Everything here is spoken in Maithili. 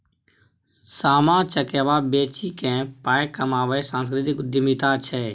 सामा चकेबा बेचिकेँ पाय कमायब सांस्कृतिक उद्यमिता छै